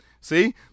See